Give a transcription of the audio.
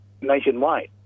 nationwide